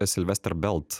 silvester belt